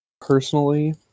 Personally